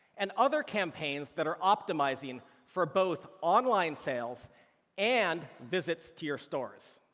and other campaigns that are optimizing for both online sales and visits to your stores.